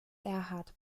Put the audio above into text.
erhard